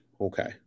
Okay